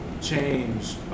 change